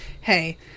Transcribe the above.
hey